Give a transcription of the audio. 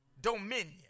Dominion